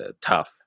tough